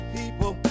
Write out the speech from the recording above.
people